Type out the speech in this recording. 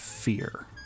Fear